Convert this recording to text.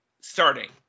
starting